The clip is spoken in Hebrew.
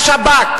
השב"כ